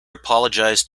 apologised